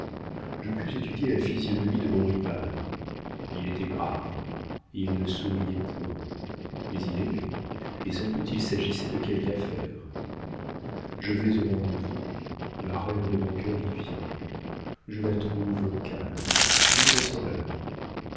je pus étudier la physionomie de mon rival il était grave il ne souriait point mais il aimait et sans doute il s'agissait de quelque affaire je vais au rendez-vous la reine de mon cœur y vient je la trouve calme pure et sereine